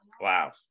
Wow